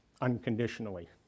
unconditionally